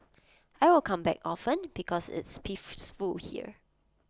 I'll come back often because it's here